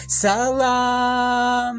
salam